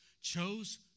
chose